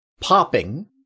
popping